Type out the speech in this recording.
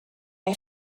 mae